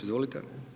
Izvolite.